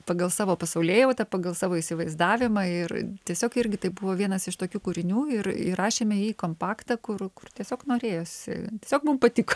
pagal savo pasaulėjautą pagal savo įsivaizdavimą ir tiesiog irgi tai buvo vienas iš tokių kūrinių ir įrašėme jį į kompaktą kur kur tiesiog norėjosi tiesiog mum patiko